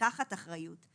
לקחת אחריות.